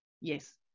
Yes